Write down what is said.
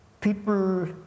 people